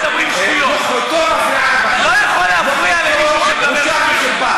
נוכחותו מפריעה, אתם כל היום מדברים שטויות.